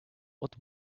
what